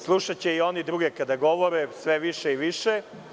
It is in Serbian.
Slušaće i oni druge kada govore sve više i više.